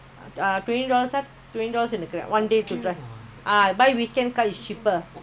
ah then you cannot buy weekend car